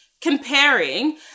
comparing